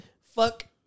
Fuck